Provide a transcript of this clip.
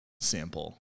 Sample